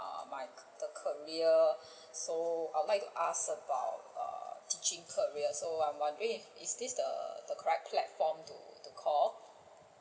ah my ca~ ca~ career so I would like to ask about err teaching career so I am wondering is this the correct platform to to call